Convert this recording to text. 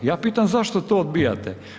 Ja pitam zašto to odbijate?